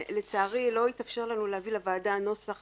לצערי לא התאפשר לנו להביא לוועדה נוסח